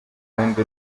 wundi